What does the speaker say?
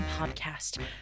podcast